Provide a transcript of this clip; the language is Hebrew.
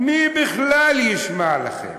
מי בכלל ישמע לכם?